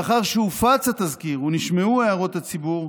לאחר שהופץ התזכיר ונשמעו הערות הציבור,